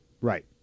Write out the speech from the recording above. Right